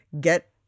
get